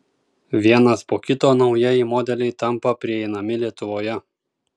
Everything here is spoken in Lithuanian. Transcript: vienas po kito naujieji modeliai tampa prieinami lietuvoje